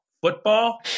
football